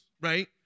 right